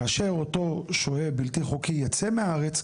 כאשר אותו שוהה בלתי חוקי יצא מהארץ,